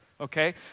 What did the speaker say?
Okay